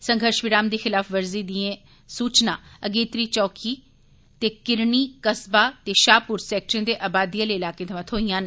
संघर्ष विराम दी खलाफवर्जी दिएं सूचना अगेत्री चौकिएं ते किरणी कस्बा ते शाहपुर सैक्टरें दे अबादी आले इलाकें थमां थ्होइयां न